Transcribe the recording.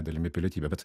dalimi pilietybę bet